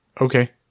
Okay